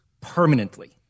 permanently